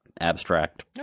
abstract